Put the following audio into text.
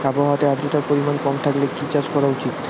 আবহাওয়াতে আদ্রতার পরিমাণ কম থাকলে কি চাষ করা উচিৎ?